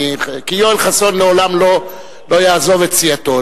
כי יואל חסון לעולם לא יעזוב את סיעתו,